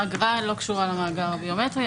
האגרה לא קשורה למאגר הביומטרי,